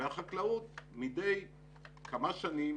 והחקלאות מדי כמה שנים